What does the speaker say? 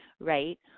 right